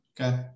Okay